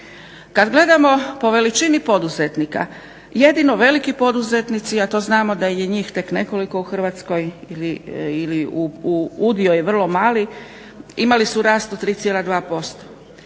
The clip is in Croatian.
Kad gledamo po veličini poduzetnika jedino veliki poduzetnici, a to znamo da je njih tek nekoliko u Hrvatskoj ili udio je vrlo mali imali su rast od 3,2%.